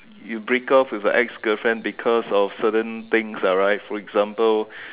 you break off with your ex girlfriend because of certain things lah right for example